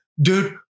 dude